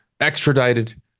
extradited